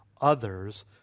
others